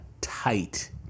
tight